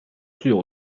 具有